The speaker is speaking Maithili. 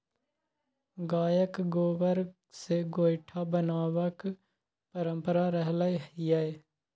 गायक गोबर सँ गोयठा बनेबाक परंपरा रहलै यै